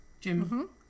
Jim